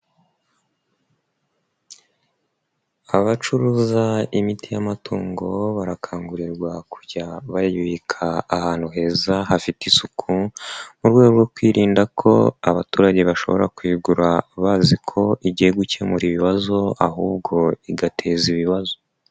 Abacuruza imiti y'amatungo barakangurirwa kujya bayibika ahantu heza hafite isuku mu rwego rwo kwirindako abaturage bashobora kuyigura baziko bajyiye kwirinda ahubwo igateza ibibazo.